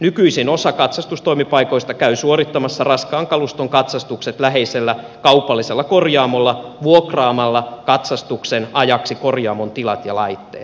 nykyisin osa katsastustoimipaikoista käy suorittamassa raskaan kaluston katsastukset läheisellä kaupallisella korjaamolla vuokraamalla katsastuksen ajaksi korjaamon tilat ja laitteet